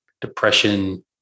depression